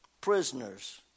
prisoners